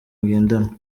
ngendanwa